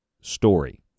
story